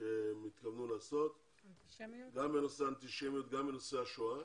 שהם התכוונו לעשות גם בנושא האנטישמיות וגם בנושא השואה.